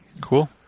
Cool